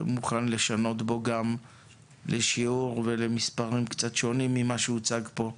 הוא מוכן לשנות בו גם לשיעור ולמספרים קצת שונים מאלה שהוצגו פה.